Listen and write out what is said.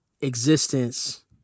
existence